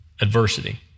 Adversity